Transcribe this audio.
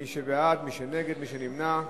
מי בעד, מי נגד, מי נמנע?